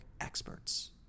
experts